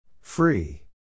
Free